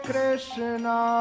Krishna